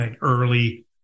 early